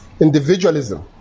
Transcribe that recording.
individualism